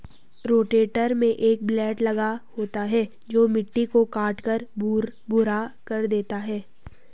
rotator में एक blade लगा होता है जो मिट्टी को काटकर भुरभुरा कर देता है